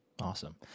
Awesome